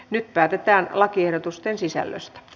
nyt päätetään lakiehdotusten sisällöstä